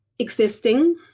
Existing